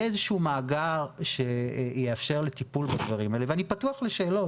איזה שהוא מאגר שיאפשר טיפול בנושאים האלה ואני פתוח לשאלות,